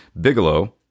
Bigelow